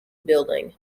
building